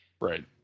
Right